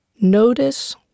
Notice